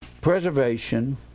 preservation